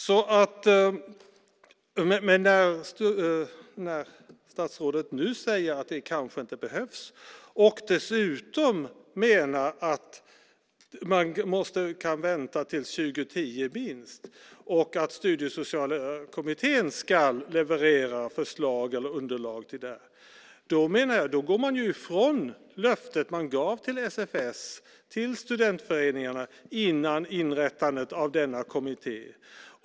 Men nu säger statsrådet att det kanske inte behövs, och dessutom menar han att man kan vänta till minst 2010 och att Studiesociala kommittén ska leverera förslag och underlag till detta. Då menar jag att man går ifrån det löfte man gav till SFS och studentföreningarna före inrättandet av denna kommitté.